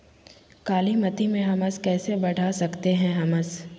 कालीमती में हमस कैसे बढ़ा सकते हैं हमस?